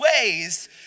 ways